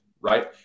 right